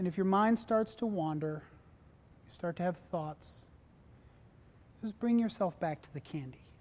and if your mind starts to wander you start to have thoughts bring yourself back to the candy